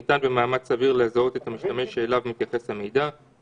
בסעיף 24 במקום "למשך ששה חודשים" יבוא